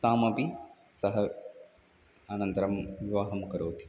तामपि सः अनन्तरं विवाहं करोति